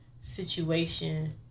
situation